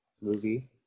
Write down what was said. movie